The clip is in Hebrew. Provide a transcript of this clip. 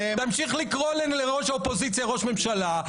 תמשיך לקרוא לראש האופוזיציה ראש הממשלה.